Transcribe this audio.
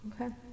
Okay